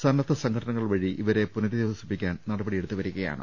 സന്നദ്ധ് സംഘടനകൾ വഴി ഇവരെ പുനരധിവസിപ്പിക്കാൻ നടപടിയെടുത്തുവരികയാണ്